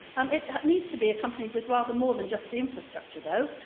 um it needs to be accompanied with rather more than just the infrastructure, though,